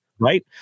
Right